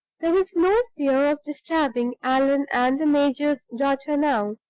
there was no fear of disturbing allan and the major's daughter now.